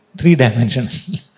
three-dimensional